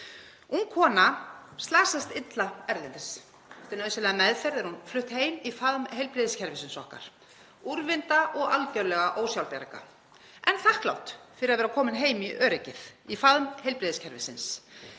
Ung kona slasast illa erlendis. Eftir nauðsynlega meðferð er hún flutt heim í faðm heilbrigðiskerfisins okkar, úrvinda og algerlega ósjálfbjarga en þakklát fyrir að vera komin heim í öryggið, í faðm heilbrigðiskerfisins.